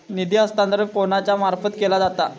निधी हस्तांतरण कोणाच्या मार्फत केला जाता?